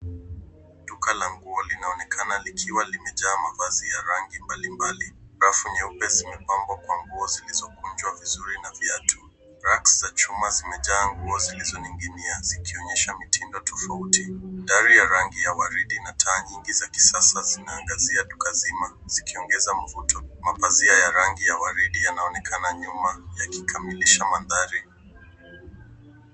Duka la nguo linaonekana likiwa limejaa mavazi ya rangi mbalimbali. Rafu nyeupe zimepambwa kwa nguo zilizokunjwa vizuri na viatu. Racks za chuma zimejaa nguo zilizoning'inia zikionyesha mitindo tofauti. Dari ya rangi ya waridi na taa nyingi za kisasa zinaangazia duka zima, zikiongeza mvuto. Mapazia ya rangi ya waridi yanaonekana nyuma yakikamilisha mandhari.